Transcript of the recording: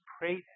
pray